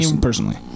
personally